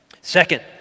Second